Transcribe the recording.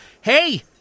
Hey